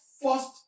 first